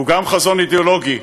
שהוא גם חזון אידיאולוגי,